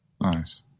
Nice